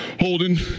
Holden